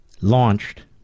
launched